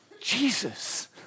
Jesus